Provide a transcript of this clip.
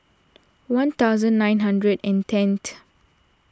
one thousand nine hundred and tenth